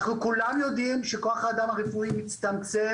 אנחנו כולנו יודעים שכוח האדם הרפואי מצטמצם